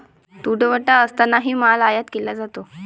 तुटवडा असतानाही माल आयात केला जातो